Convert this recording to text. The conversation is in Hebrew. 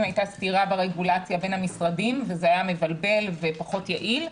הייתה סתירה ברגולציה בין המשרדים וזה היה מבלבל ופחות יעיל.